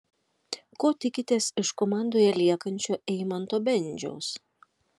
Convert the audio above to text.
ko tikitės iš komandoje liekančio eimanto bendžiaus